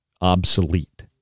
obsolete